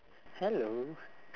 hello